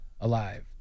alive